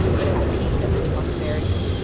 but at the peak of its prosperity,